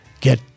get